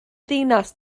ddinas